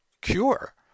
cure